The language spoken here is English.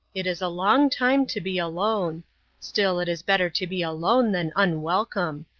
it is a long time to be alone still, it is better to be alone than unwelcome.